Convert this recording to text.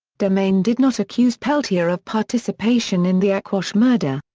demain did not accuse peltier of participation in the aquash murder.